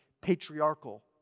patriarchal